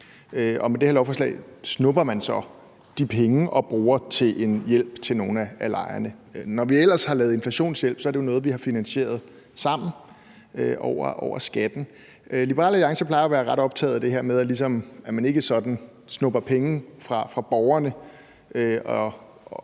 med det her lovforslag snupper man så de penge og bruger dem til en hjælp til nogle af lejerne. Når vi ellers har lavet inflationshjælp, er det jo noget, som vi sammen har finansieret over skatten, og Liberal Alliance plejer jo at være ret optaget af det her med, at man ligesom ikke snupper penge fra borgerne og